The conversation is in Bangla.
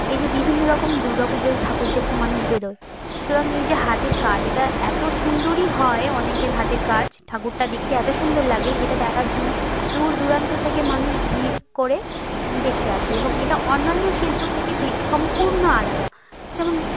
এই যে বিভিন্ন রকম দুর্গাপুজোয় ঠাকুর দেখতে মানুষ বেরোয় সুতরাং এই যে হাতের কাজ এটা এতো সুন্দরই হয় অনেকের হাতের কাজ ঠাকুরটা দেখতে এতো সুন্দর লাগে সেটা দেখার জন্য দূরদূরান্ত থেকে মানুষ ভিড় করে দেখতে আসে এবং এটা অন্যান্য শিল্প থেকে বি সম্পূর্ণ আলাদা যেমন